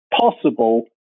possible